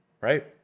Right